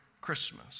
Christmas